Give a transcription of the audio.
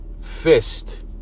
Fist